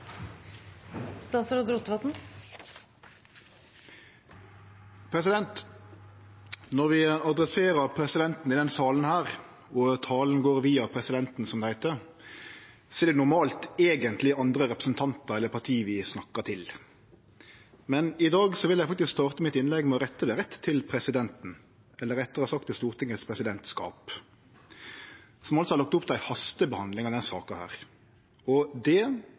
Når vi adresserer presidenten i denne salen, lèt talen gå via presidenten, som det heiter, er det normalt eigentleg andre representantar eller parti vi snakkar til. Men i dag vil eg faktisk starte innlegget mitt med å rette det rett til presidenten, eller rettare, til Stortingets presidentskap, som altså har lagt opp til ei hastebehandling av denne saka. Det, gode president, meiner eg var uansvarleg. Eg kan ikkje sjå eit einaste argument for den avgjerda. Det